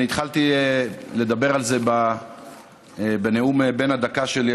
אני התחלתי לדבר על זה בנאום בן הדקה שלי,